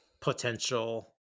potential